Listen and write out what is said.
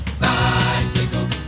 bicycle